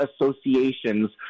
associations